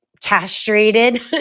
castrated